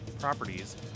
properties